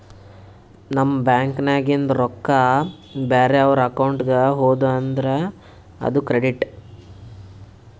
ನಮ್ ಬ್ಯಾಂಕ್ ನಾಗಿಂದ್ ರೊಕ್ಕಾ ಬ್ಯಾರೆ ಅವ್ರ ಅಕೌಂಟ್ಗ ಹೋದು ಅಂದುರ್ ಅದು ಕ್ರೆಡಿಟ್